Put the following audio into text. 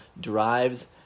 drives